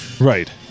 Right